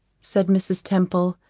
said mrs. temple,